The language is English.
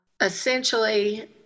Essentially